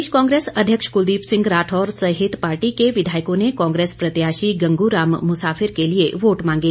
प्रदेश कांग्रेस अध्यक्ष क्लदीप सिंह राठौर सहित पार्टी के विधायकों ने कांग्रेस प्रत्याशी गंगू राम मुसाफिर के लिए वोट मांगे